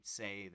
say